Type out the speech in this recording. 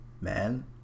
man